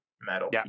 metal